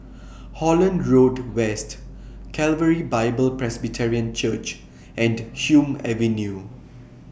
Holland Road West Calvary Bible Presbyterian Church and Hume Avenue